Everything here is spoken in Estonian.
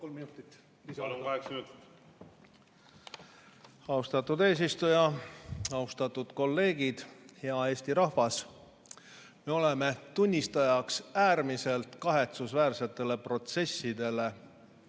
Austatud eesistuja! Austatud kolleegid! Hea Eesti rahvas! Me oleme tunnistajaks äärmiselt kahetsusväärsetele protsessidele,